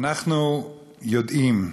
אנחנו יודעים,